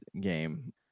game